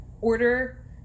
order